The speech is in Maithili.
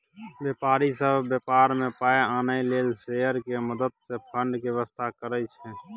व्यापारी सब व्यापार में पाइ आनय लेल शेयर के मदद से फंड के व्यवस्था करइ छइ